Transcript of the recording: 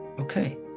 Okay